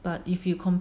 but if you con~